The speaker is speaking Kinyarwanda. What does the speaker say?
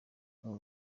urwo